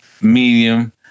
medium